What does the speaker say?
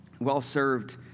well-served